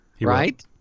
right